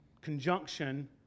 conjunction